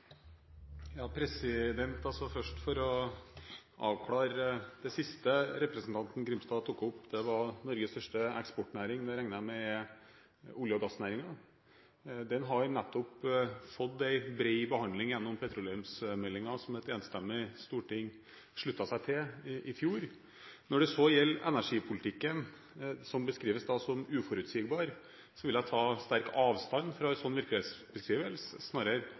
først å avklare det siste representanten Grimstad tok opp – Norges største eksportnæring. Det regner jeg med er olje- og gassnæringen. Den har nettopp fått en bred behandling gjennom petroleumsmeldingen, som et enstemmig storting sluttet seg til i fjor. Når det så gjelder energipolitikken, som beskrives som uforutsigbar, vil jeg ta sterkt avstand fra en sånn virkelighetsbeskrivelse. Snarere